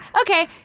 okay